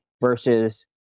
versus